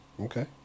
Okay